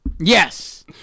Yes